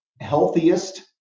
healthiest